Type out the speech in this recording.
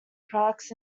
products